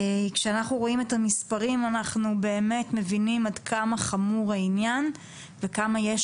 כשאנחנו רואים את המספרים אנחנו באמת מבינים עד כמה חמור העניין וכמה יש